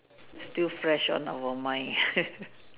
still fresh on our mind